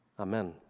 Amen